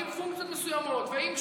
עם פונקציות מסוימות ועם שוטר,